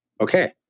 Okay